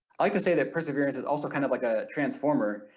like to say that perseverance is also kind of like a transformer,